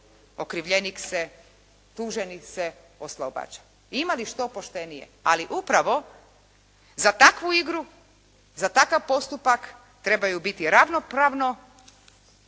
okrivljenik se, tuženi se oslobađa. Ima li što poštenije? Ali upravo za takvu igru, za takav postupak trebaju biti ravnopravno